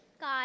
God